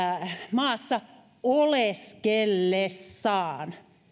maassa oleskellessaan